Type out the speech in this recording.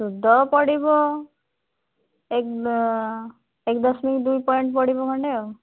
ସୁଧ ପଡ଼ିବ ଏକ ଏକ ଦଶମିକ ଦୁଇ ପଏଣ୍ଟ ପଡ଼ିବ ଖଣ୍ଡେ ଆଉ